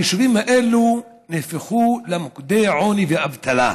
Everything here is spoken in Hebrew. היישובים האלו נהפכו למוקדי עוני ואבטלה.